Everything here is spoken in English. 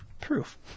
proof